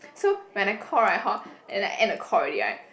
so when I call right hor and I end the call already right